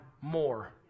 more